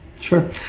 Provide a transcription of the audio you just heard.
Sure